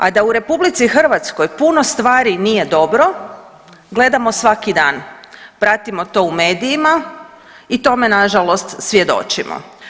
A da u RH puno stvari nije dobro gledamo svaki dan, pratimo to u medijima i tome nažalost svjedočimo.